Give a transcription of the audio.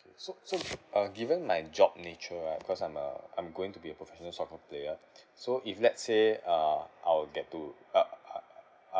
K so so uh given my job nature right cause I'm a I'm going to be a professional soccer player so if let's say uh I will get to uh uh